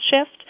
shift